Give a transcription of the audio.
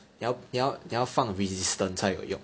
你要你要你要放 resistant 才有用